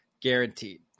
guaranteed